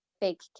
fake